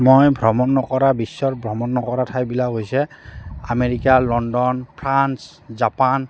মই ভ্ৰমণ নকৰা বিশ্বৰ ভ্ৰমণ নকৰা ঠাইবিলাক হৈছে আমেৰিকা লণ্ডন ফ্ৰান্স জাপান